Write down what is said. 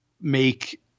make